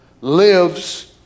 Lives